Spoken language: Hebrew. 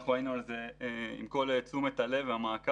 אנחנו היינו על זה עם כל תשומת הלב והמעקב.